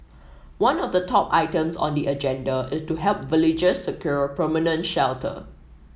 one of the top items on the agenda is to help villagers secure permanent shelter